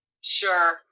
Sure